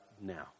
now